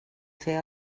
fer